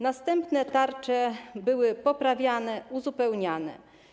Następne tarcze były poprawiane, uzupełniane.